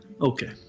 okay